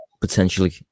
potentially